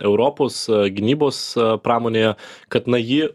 europos gynybos pramonėje kad ji